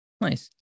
nice